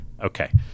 Okay